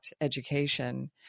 education